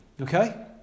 okay